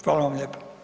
Hvala vam lijepa.